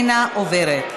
נתקבלה.